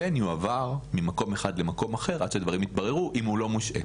הוא כן יועבר למקום אחד לאחר עד שהדברים יתבררו אם הוא לא מושעה.